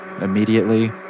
immediately